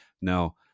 Now